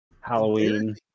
Halloween